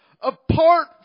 Apart